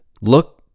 Look